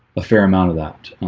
a fair amount of that